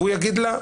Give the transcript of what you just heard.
והוא יגיד לה,